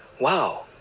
wow